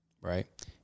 right